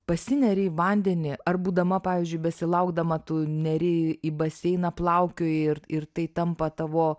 pasineri į vandenį ar būdama pavyzdžiui besilaukdama tu neri į baseiną plaukioji ir ir tai tampa tavo